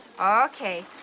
Okay